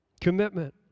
commitment